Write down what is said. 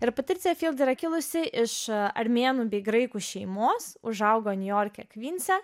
ir patricija yra kilusi iš armėnų bei graikų šeimos užaugo niujorke